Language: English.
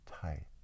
tight